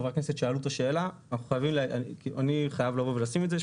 חברי הכנסת שאלו את השאלה ואני חייב לבוא ולשים את זה.